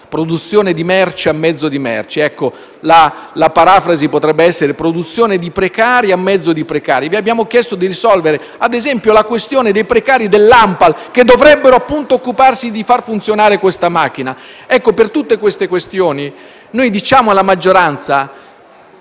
"Produzione di merci a mezzo di merci". La parafrasi potrebbe essere: produzione di precari a mezzo di precari. Vi abbiamo chiesto di risolvere, ad esempio, la questione dei precari dell'Anpal, che dovrebbero occuparsi di far funzionare questa macchina. Per tutte queste questioni, noi diciamo alla maggioranza: